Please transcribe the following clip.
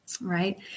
right